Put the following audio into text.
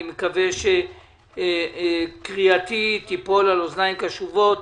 אני מקווה שקריאתי תיפול על אוזניים קשובות